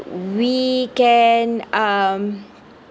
we can um